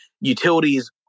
utilities